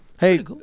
Hey